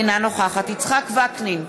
אינה נוכחת יצחק וקנין,